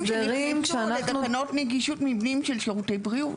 סעיפים שנכנסו לתקנות נגישות מבנים של שירותי בריאות.